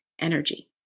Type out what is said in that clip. energy